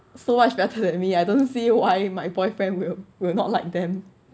so much better than me I don't see why my boyfriend will will not like them